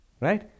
right